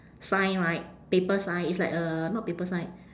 sign right paper sign it's like a not paper sign